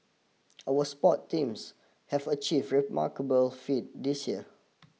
our sport teams have achieve very remarkable feat this year